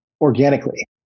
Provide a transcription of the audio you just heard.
organically